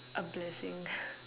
a blessing